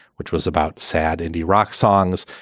which was about sad indie rock songs.